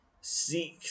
Seek